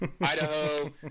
Idaho